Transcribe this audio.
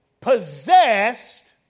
possessed